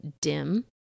dim